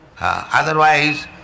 Otherwise